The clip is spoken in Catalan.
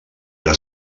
era